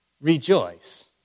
Rejoice